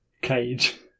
cage